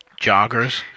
joggers